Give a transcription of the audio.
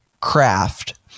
craft